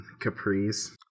Capris